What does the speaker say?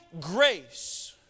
grace